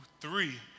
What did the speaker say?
three